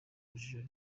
urujijo